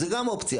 זה גם אופציה,